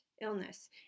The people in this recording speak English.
illness